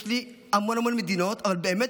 יש לי המון המון מדינות, אבל באמת